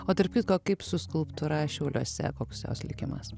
o tarp kitko kaip su skulptūra šiauliuose koks jos likimas